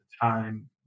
time